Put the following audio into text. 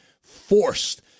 forced